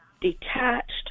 detached